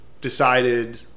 decided